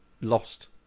lost